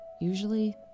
Usually